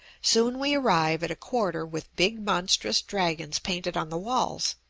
soon we arrive at a quarter with big monstrous dragons painted on the walls,